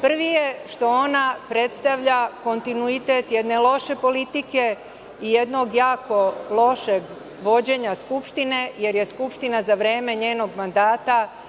Prvi je, što ona predstavlja kontinuitet jedne loše politike i jednog, jako lošeg vođenja Skupštine, jer je Skupština za vreme njenog mandata